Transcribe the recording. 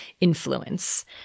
influence